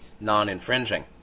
non-infringing